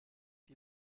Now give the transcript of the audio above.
die